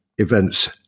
events